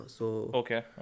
Okay